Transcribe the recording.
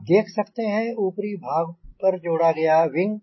आप देख सकते हैं ऊपरी भाग पर जोड़ा गया विंग